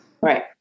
Right